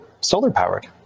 solar-powered